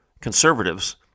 Conservatives